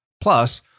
Plus